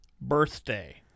birthday